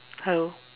hello